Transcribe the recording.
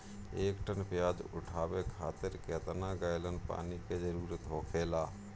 एक टन प्याज उठावे खातिर केतना गैलन पानी के जरूरत होखेला?